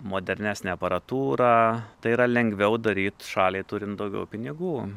modernesnė aparatūra tai yra lengviau daryt šaliai turint daugiau pinigų